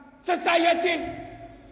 society